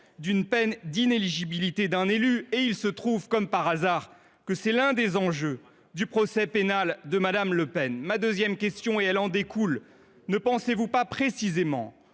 d’une peine d’inéligibilité d’un élu. Or il se trouve, comme par hasard, que c’est l’un des enjeux du procès pénal de Mme Le Pen ! Une seconde question en découle. Ne pensez vous pas précisément,